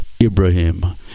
Ibrahim